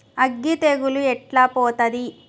అగ్గి తెగులు ఎట్లా పోతది?